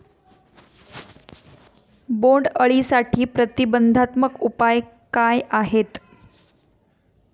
बोंडअळीसाठी प्रतिबंधात्मक उपाय काय आहेत?